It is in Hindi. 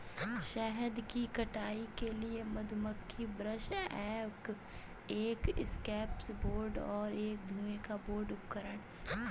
शहद की कटाई के लिए मधुमक्खी ब्रश एक एस्केप बोर्ड और एक धुएं का बोर्ड उपकरण हैं